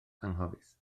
anghofus